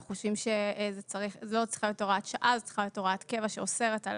אנחנו חושבים שזאת צריכה להיות הוראת קבע שאוסרת על